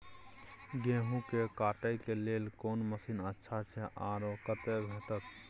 गेहूं के काटे के लेल कोन मसीन अच्छा छै आर ओ कतय भेटत?